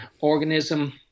organism